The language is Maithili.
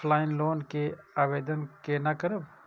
ऑफलाइन लोन के आवेदन केना करब?